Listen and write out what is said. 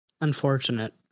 Unfortunate